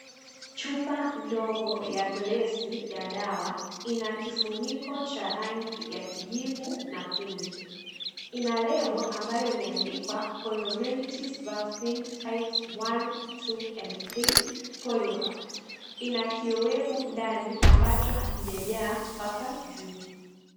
Chupa ndogo ya glesi ya dawa ina kifuniko cha kijivu na pinki, ina lebo ambayo imeandikwa poliomyelitis vaccine types I II and III poliovac . Ina kiowevu ndani ambacho hakijajaa mpaka juu.